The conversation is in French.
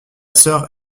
sœur